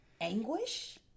anguish